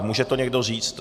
Může to někdo říct?